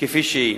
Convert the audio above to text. כפי שהיא.